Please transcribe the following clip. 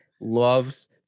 loves